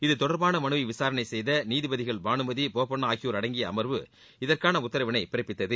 இத்தொடர்பான மனுவை விசாரணை செய்த நீதிபதிகள் பானுமதி போபண்ணா ஆகியோர் அடங்கிய அமர்வு இதற்கான உத்தரவினைப் பிறப்பித்தது